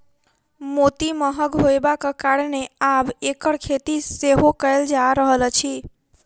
मोती महग होयबाक कारणेँ आब एकर खेती सेहो कयल जा रहल अछि